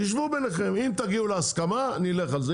שבו ביניכם, אם תגיעו להסכמה נלך על זה.